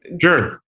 Sure